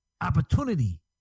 opportunity